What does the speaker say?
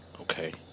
Okay